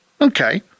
Okay